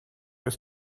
ist